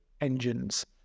engines